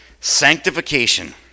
Sanctification